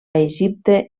egipte